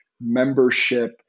membership